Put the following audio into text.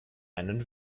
einen